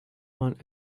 want